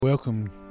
Welcome